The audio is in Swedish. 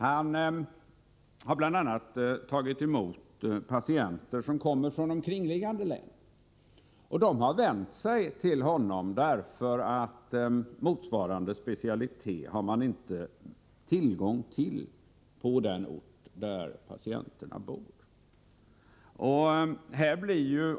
Han har bl.a. tagit emot patienter som kommer från omkringliggande län. Dessa har vänt sig till honom därför att det inte finns tillgång till motsvarande specialitet på de orter där dessa patienter bor.